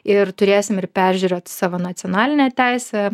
ir turėsim ir peržiūrėt savo nacionalinę teisę